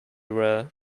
rare